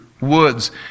woods